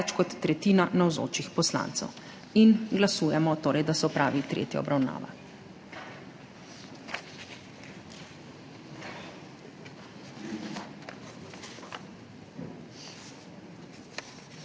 kot tretjina navzočih poslancev. Glasujemo torej, da se opravi tretja obravnava.